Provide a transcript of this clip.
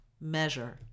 measure